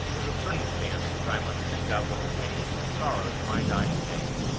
with a circumstance which i must think of with shame and sorrow to my dying day.